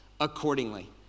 accordingly